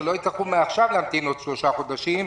שלא יצטרכו מעכשיו להמתין עוד שלושה חודשים,